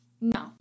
no